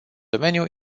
domeniu